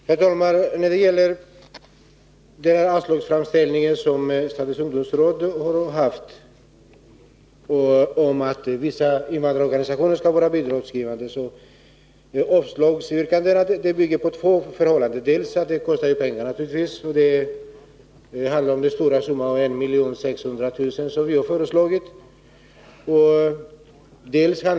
Herr talman! När det gäller statens ungdomsråds anslagsframställning om att vissa invandrarorganisationer skall bli bidragsberättigade bygger utskottets avslagsyrkande på två förhållanden. Dels kostar det naturligtvis pengar — det handlar om summan 1 600 000 kr., som vpk har föreslagit i anslagshöjning.